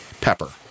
Pepper